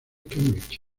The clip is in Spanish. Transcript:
cambridge